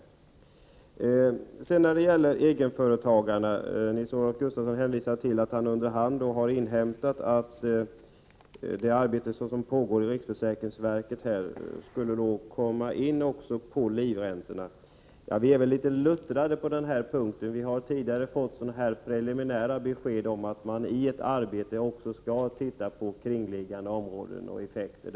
När det sedan gäller egenföretagarna hänvisar Nils-Olof Gustafsson till att han under hand har inhämtat att man i det arbete som pågår i riksförsäkringsverket också skall komma in på livräntorna. Vi är emellertid litet luttrade på den punkten. Vi har nämligen tidigare fått preliminära besked om att man i ett arbete också skall se på kringliggande områden och effekter.